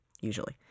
usually